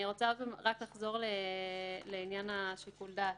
אני רוצה עוד פעם רק לחזור לעניין שיקול הדעת.